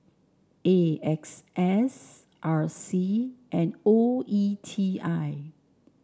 A X S R C and O E T I